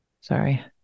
Sorry